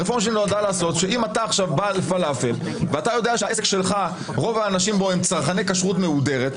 אם אתה בעל פלאפל ואתה יודע שרוב הלקוחות שלך הם צרכני כשרות מהודרת,